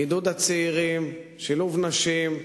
עידוד הצעירים, שילוב נשים,